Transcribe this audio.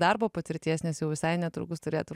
darbo patirties nes jau visai netrukus turėtų ir